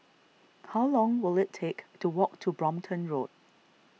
how long will it take to walk to Brompton Road